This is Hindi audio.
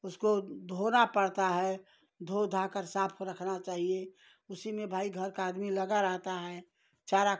उसको धोना पड़ता है धो धाकर साफ रखना चाहिए उसी में भाई घर का आदमी लगा रहता है चारा